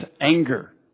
anger